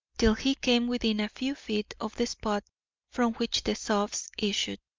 till he came within a few feet of the spot from which the sobs issued.